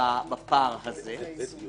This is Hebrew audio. קבעתם,